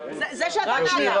זה שאתה --- סליחה, סליחה.